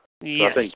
Yes